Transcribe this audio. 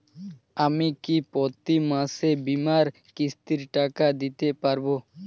আমি কি প্রতি মাসে বীমার কিস্তির টাকা দিতে পারবো?